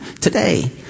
today